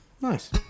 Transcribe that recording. Nice